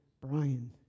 Brian